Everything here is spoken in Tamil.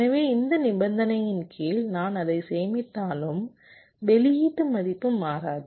எனவே இந்த நிபந்தனையின் கீழ் நான் அதை சேமித்தாலும் வெளியீட்டு மதிப்பு மாறாது